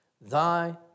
Thy